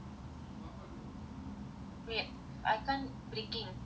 wait I can't breaking monthly or weekly ah